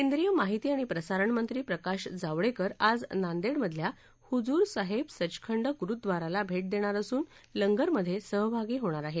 केंद्रीय माहिती आणि प्रसारणमंत्री प्रकाश जावडेकर आज नांदेडमधल्या हुजूरसाहेब सचखंड गुरुद्वाराला भे देणार असून लंगरमधे सहभागी होणार आहेत